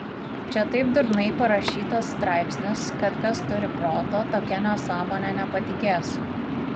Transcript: čia taip durnai parašytas straipsnis kad kas turi proto tokia nesąmone nepatikės